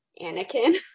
Anakin